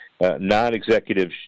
non-executive